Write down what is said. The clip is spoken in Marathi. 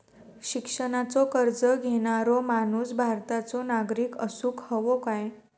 शिक्षणाचो कर्ज घेणारो माणूस भारताचो नागरिक असूक हवो काय?